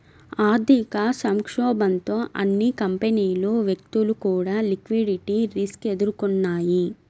ఆర్థిక సంక్షోభంతో అన్ని కంపెనీలు, వ్యక్తులు కూడా లిక్విడిటీ రిస్క్ ఎదుర్కొన్నయ్యి